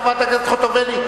חברת הכנסת חוטובלי,